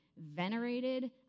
venerated